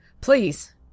Please